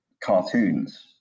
cartoons